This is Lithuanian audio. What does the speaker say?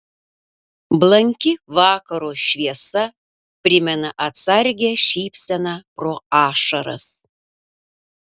blanki vakaro šviesa primena atsargią šypseną pro ašaras